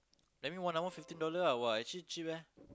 that mean one hour fifteen dollar ah !wah! actually cheap eh